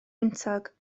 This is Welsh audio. wyntog